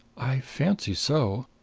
i fancy so.